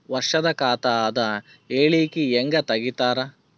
ವರ್ಷದ ಖಾತ ಅದ ಹೇಳಿಕಿ ಹೆಂಗ ತೆಗಿತಾರ?